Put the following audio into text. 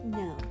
no